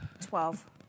Twelve